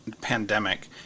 pandemic